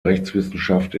rechtswissenschaft